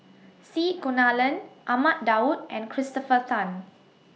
C Kunalan Ahmad Daud and Christopher Tan